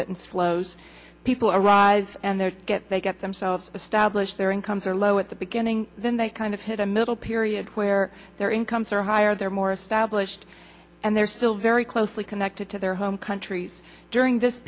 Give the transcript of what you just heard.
remittance flows people arise and they get they get themselves established their incomes are low at the beginning then they kind of hit a middle period where their incomes are higher they're more established and they're still very closely connected to their home countries during this